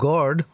God